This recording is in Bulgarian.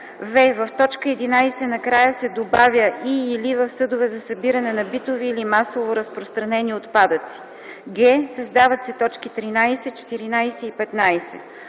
в) в т. 11 накрая се добавя „и/или в съдове за събиране на битови или масово разпространени отпадъци”; г) създават се т. 13, 14 и 15: